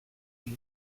μου